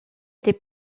était